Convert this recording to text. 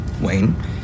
Wayne